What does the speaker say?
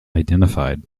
identified